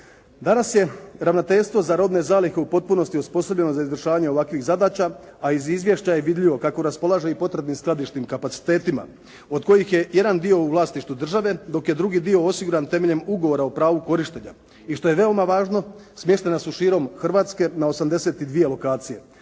Danas je Ravnateljstvo za robne zalihe u potpunosti osposobljeno za izvršavanje ovakvih zadaća, a iz izvješća je vidljivo kako raspolaže i potrebnim skladišnim kapacitetima, od kojih je jedan dio u vlasništvu države, dok je drugi dio osiguran temeljem ugovora o pravu korištenja. I što je veoma važno, smještena su širom Hrvatske na 82 lokacije.